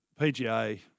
PGA